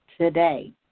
today